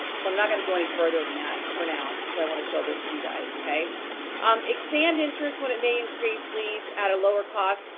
so, i'm not gonna go any further with that for now cause i wanna show this to you guys. um expand interest when it may increase leads at a lower cost,